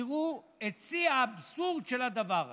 תראו את שיא האבסורד של הדבר הזה.